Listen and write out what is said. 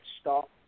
stop